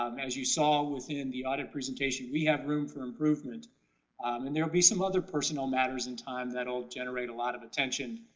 um as you saw within the audit presentation, we have room for improvement and there will be some other personal matters in time that will generate a lot of attention,